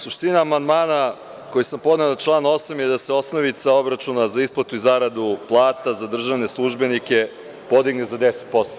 Suština amandmana koji sam podneo na član 8. je da se osnovica obračuna za isplatu i zaradu plata za državne službenike podigne za 10%